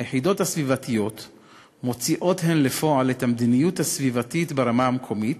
היחידות הסביבתיות מוציאות הן לפועל את המדיניות הסביבתית ברמה המקומית